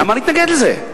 למה להתנגד לזה?